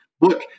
look